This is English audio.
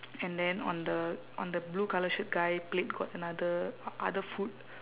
and then on the on the blue colour shirt guy plate got another o~ other food